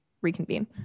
reconvene